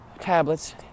tablets